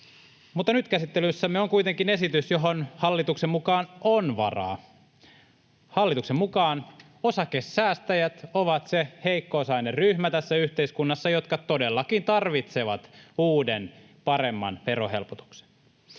Mutta nyt käsittelyssämme on kuitenkin esitys, johon hallituksen mukaan on varaa. Hallituksen mukaan osakesäästäjät ovat se heikko-osainen ryhmä tässä yhteiskunnassa, joka todellakin tarvitsee uuden paremman verohelpotuksen.